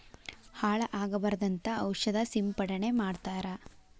ಹಾಳ ಆಗಬಾರದಂತ ಔಷದ ಸಿಂಪಡಣೆ ಮಾಡ್ತಾರ